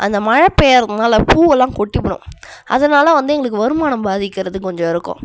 அந்த மழை பெய்யிறதுனால் பூவெல்லாம் கொட்டிவிடும் அதனால் வந்து எங்களுக்கு வருமானம் பாதிக்கிறது கொஞ்சம் இருக்கும்